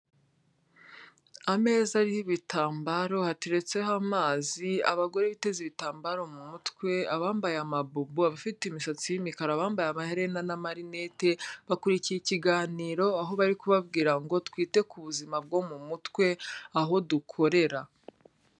Ameza y'ibitambaro hateretseho amazi, abagore biteze ibitambaro mu mutwe, abambaye amabubu, bafite imisatsi y'imikara, bambaye amaherena n'amarinete bakurikiye ikiganiro, aho bari kubabwira ngo twite ku buzima bwo mu mutwe aho dukorera.